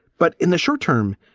but in the short term,